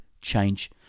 change